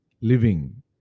living